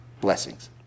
Blessings